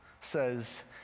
says